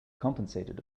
compensated